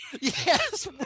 Yes